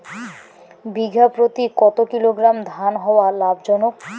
বিঘা প্রতি কতো কিলোগ্রাম ধান হওয়া লাভজনক?